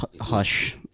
Hush